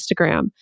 Instagram